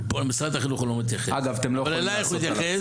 למשרד החינוך הוא לא מתייחס אבל אלייך הוא יתייחס